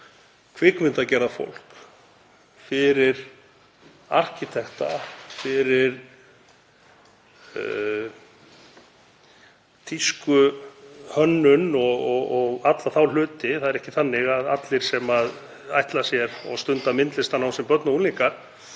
kvikmyndagerðarfólk, fyrir arkitekta, fyrir tískuhönnuði og alla þá hluti. Það er ekki þannig að allir sem stunda myndlistarnám sem börn og unglingar